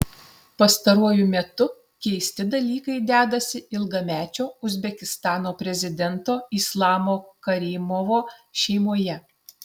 pastaruoju metu keisti dalykai dedasi ilgamečio uzbekistano prezidento islamo karimovo šeimoje